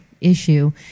issue